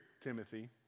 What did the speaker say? Timothy